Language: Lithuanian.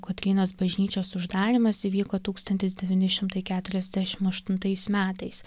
kotrynos bažnyčios uždarymas įvyko tūkstantis devyni šimtai keturiasdešim aštuntais metais